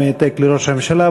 עם העתק לראש הממשלה,